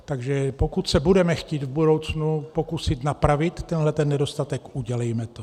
Takže pokud se budeme chtít v budoucnu pokusit napravit tento nedostatek, udělejme to.